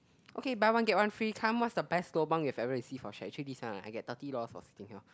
okay buy one get one free come what's the best lobang you have ever received for share actually this one I get thirty dollars for sitting here